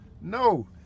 No